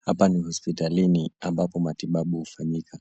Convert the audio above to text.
Hapa ni hospitalini ambapo matibabu hufanyika.